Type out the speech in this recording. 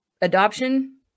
Adoption